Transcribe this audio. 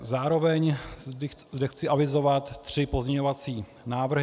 Zároveň zde chci avizovat tři pozměňovací návrhy.